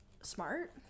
smart